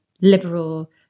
liberal